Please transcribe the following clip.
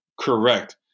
correct